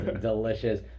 delicious